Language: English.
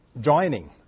joining